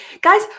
Guys